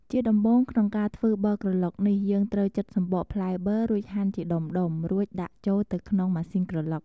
ជាដំបូង ក្នុងការធ្វើប័រក្រឡុកនេះ យើងត្រូវ ចិតសំបកផ្លែប័រ រួចហាន់ជាដុំៗ រួចដាក់ចូលទៅក្នុងម៉ាស៊ីនក្រឡុក។